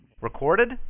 Recorded